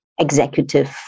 executive